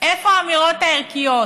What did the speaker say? איפה האמירות הערכיות?